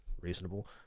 reasonable